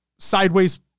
Sideways